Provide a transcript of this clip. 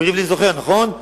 רובי ריבלין זוכר, נכון?